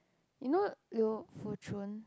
you know Liu-Foo-Chun